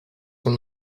con